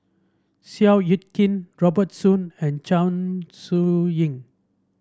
Seow Yit Kin Robert Soon and Chong Siew Ying